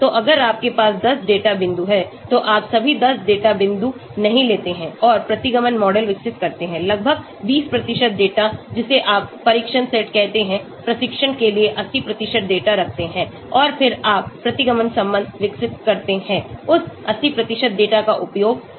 तो अगर आपके पास 10 डेटा बिंदु हैं तो आप सभी 10 डेटा बिंदु नहीं लेते हैं और प्रतिगमन मॉडल विकसित करते हैं लगभग 20 डेटा जिसे आप परीक्षण सेट कहते हैं प्रशिक्षण के लिए 80 डेटा रखते हैं और फिर आप प्रतिगमन संबंध विकसित करते हैं उस 80 डेटा का उपयोग करके